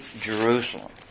Jerusalem